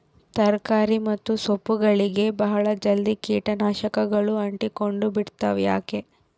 ತರಕಾರಿ ಮತ್ತು ಸೊಪ್ಪುಗಳಗೆ ಬಹಳ ಜಲ್ದಿ ಕೇಟ ನಾಶಕಗಳು ಅಂಟಿಕೊಂಡ ಬಿಡ್ತವಾ ಯಾಕೆ?